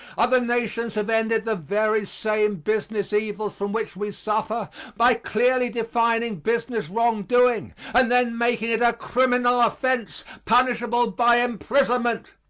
other nations have ended the very same business evils from which we suffer by clearly defining business wrong-doing and then making it a criminal offense, punishable by imprisonment.